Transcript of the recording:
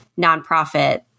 nonprofit